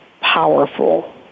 powerful